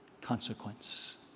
consequence